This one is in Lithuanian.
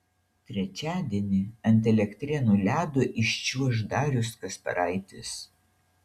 trečiadienį ant elektrėnų ledo iščiuoš darius kasparaitis